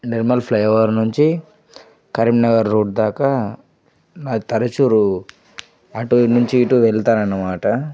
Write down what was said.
Nirmal flyover నుంచి Karimnagar road దాకా నాకు తరచూ అటు నుంచి ఇటు వెళ్తాననమాట